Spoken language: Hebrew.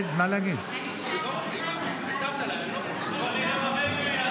הצעת להם, הם לא רוצים.